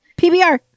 PBR